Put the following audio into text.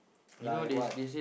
like what